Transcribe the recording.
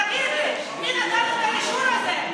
תגיד לי, מי נתן את האישור הזה?